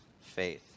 faith